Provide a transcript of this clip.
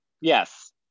Yes